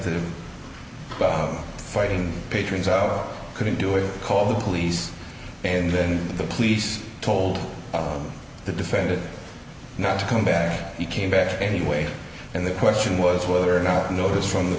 the fighting patrons out couldn't do it call the police and then the police told the defendant not to come back he came back anyway and the question was whether or not a notice from the